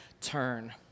turn